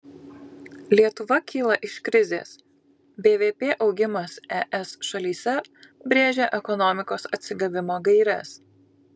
lietuva kyla iš krizės bvp augimas es šalyse brėžia ekonomikos atsigavimo gaires